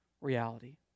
reality